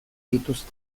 dituzte